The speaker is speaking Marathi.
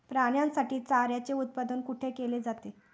प्राण्यांसाठी चाऱ्याचे उत्पादन कुठे केले जाते?